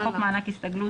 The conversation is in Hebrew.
"חוק מענק הסתגלות"